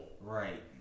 Right